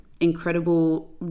incredible